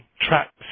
tracks